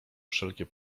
wszelkie